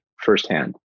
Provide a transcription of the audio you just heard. firsthand